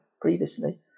previously